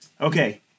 Okay